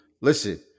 Listen